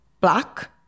black